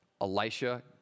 Elisha